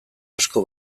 asko